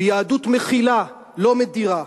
ויהדות מכילה, לא מדירה.